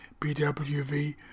BWV